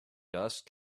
dust